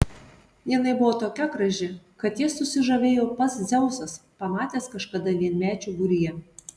jinai buvo tokia graži kad ja susižavėjo pats dzeusas pamatęs kažkada vienmečių būryje